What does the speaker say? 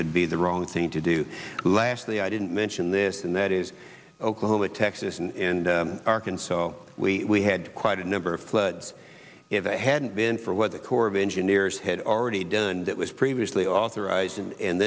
would be the wrong thing to do lastly i didn't mention this and that is oklahoma texas and arkansas so we had quite a number of floods if they hadn't been for what the corps of engineers had already done that was previously authorized and